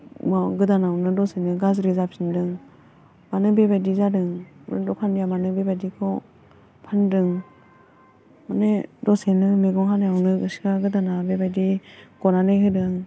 गोदानावनो दसेनो गाज्रि जाफिनदों मानो बेबायदि जादों द'खानिया मानो बेबायदिखौ फानदों मानि दसेनो मैगं हानायावनो सेखा गोदाना बेबायदि गनानै होदों